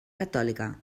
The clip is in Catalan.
catòlica